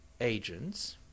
agents